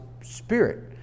spirit